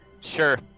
Sure